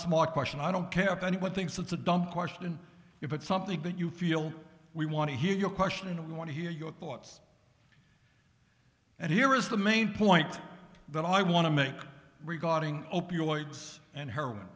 smart question i don't care if anyone thinks it's a dumb question if it's something that you feel we want to hear your question and we want to hear your thoughts and here is the main point that i want to make regarding opioids and heroin